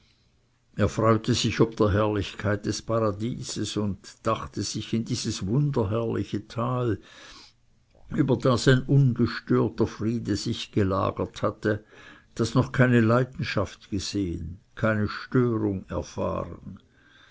er freute sich ob der herrlichkeit des paradieses und dachte sich in dieses wunderherrliche tal über das ein ungestörter friede sich gelagert hatte das noch keine leidenschaft gesehen keine störung erfahren